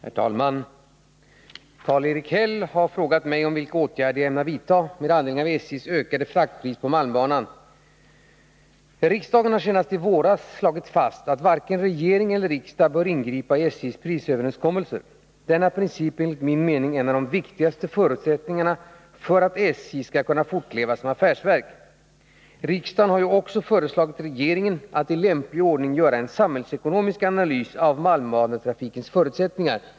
Herr talman! Karl-Erik Häll har frågat mig vilka åtgärder jag ämnar vidta med anledning av SJ:s ökade fraktpris på malmbanan. Riksdagen har senast i våras slagit fast att varken regering eller riksdag bör ingripa i SJ:s prisöverenskommelser. Denna princip är enligt min mening en av de viktigaste förutsättningarna för att SJ skall kunna fortleva som affärsverk. Riksdagen har ju också föreslagit regeringen att i lämplig ordning göra en samhällsekonomisk analys av malmbanetrafikens förutsättningar.